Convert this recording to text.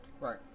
right